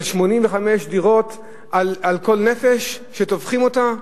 של 85 דירות על כל נפש שטובחים אותה?